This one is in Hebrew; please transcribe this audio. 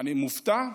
אני מופתע: